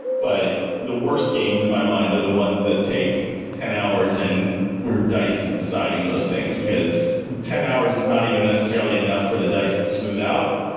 but the worst games in my mind are the ones that take ten hours and where dice is deciding those things, because ten hours is not even necessarily enough for the dice to smooth out,